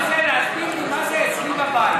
אתה חייב להסביר לי מה זה "אצלי בבית".